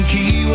Key